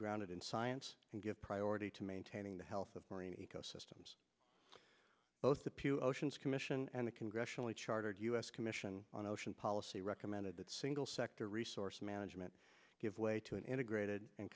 grounded in science and give priority to maintaining the health of ecosystem's both the pew oceans commission and the congressionally chartered u s commission on ocean policy recommended that single sector resource management give way to an integrated and